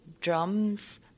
drums